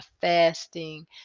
fasting